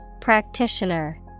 Practitioner